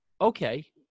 okay